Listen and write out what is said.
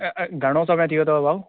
घणो समय थी वियो अथव भाऊ